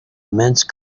immense